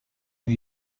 اون